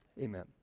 Amen